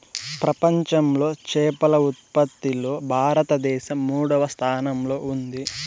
ప్రపంచంలో చేపల ఉత్పత్తిలో భారతదేశం మూడవ స్థానంలో ఉంది